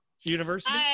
University